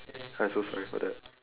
I'm so sorry for that